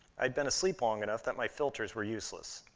i'd been asleep long enough that my filters were useless.